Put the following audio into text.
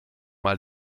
mal